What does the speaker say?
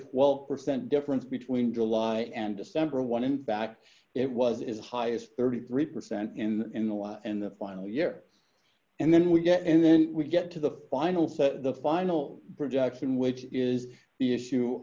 twelve percent difference between july and december one in fact it was as high as thirty three percent in the in the law and the final year and then we get and then we get to the final say the final production which is the issue